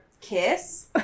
Kiss